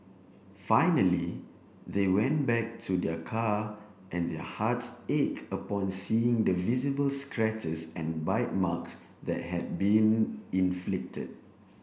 finally they went back to their car and their hearts ach upon seeing the visible scratches and bite marks that had been inflicted